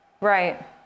Right